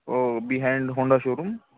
behind Honda showroom